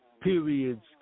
periods